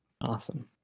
Awesome